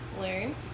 learned